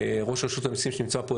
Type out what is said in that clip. ראש רשות המיסים שנמצא פה,